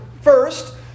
First